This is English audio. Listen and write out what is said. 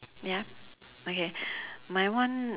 yup okay my one